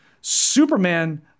Superman